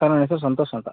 sir ನನ್ನ ಹೆಸರು ಸಂತೋಷ್ ಅಂತ